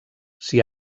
s’hi